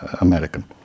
American